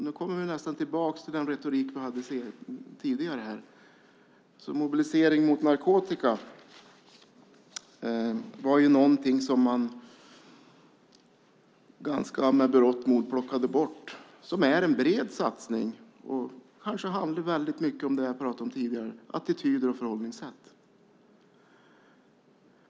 Nu kommer vi nästan tillbaka till den retorik vi hade tidigare här. Mobilisering mot narkotika var någonting som man mer eller mindre med berått mod plockade bort. Det är en bred satsning som mycket handlar om det jag pratade om tidigare, nämligen attityder och förhållningssätt.